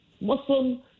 Muslim